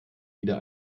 wieder